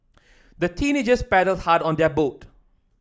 the teenagers paddled hard on their boat